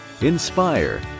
inspire